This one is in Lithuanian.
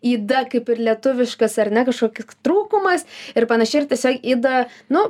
yda kaip ir lietuviškas ar ne kažkokį trūkumas ir panašiai ir tiesiog ida nu